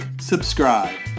subscribe